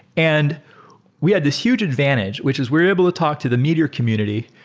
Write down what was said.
and we had this huge advantage which is we're able to talk to the meteor community,